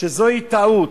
שזוהי טעות.